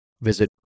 visit